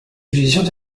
illusions